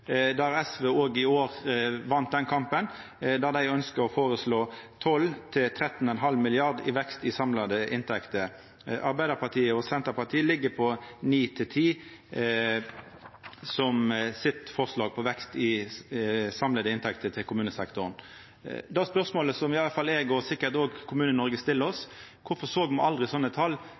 der SV òg i år vann den kampen. Dei ønskjer å føreslå 12–13,5 mrd. kr i vekst i samla inntekter. Arbeidarpartiet og Senterpartiet ligg på 9–10 mrd. kr i forslag til vekst på samla inntekter til kommunesektoren. Det spørsmålet som i alle fall eg, og sikkert òg Kommune-Noreg, no stiller, er: Kvifor såg me aldri slike tal